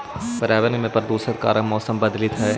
पर्यावरण में प्रदूषण के कारण मौसम बदलित हई